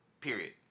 Period